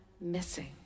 missing